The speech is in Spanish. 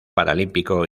paralímpico